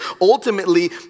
Ultimately